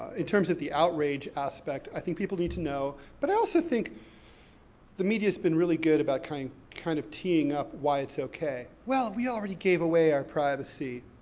in terms of the outrage aspect, i think people need to know. but i also think the media's been really good about kind kind of teeing up why it's okay. well, we already gave away our privacy.